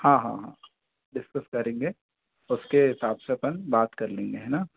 हाँ हाँ हाँ डिस्कस करेंगे उसके हिसाब से अपन बात कर लेंगे है ना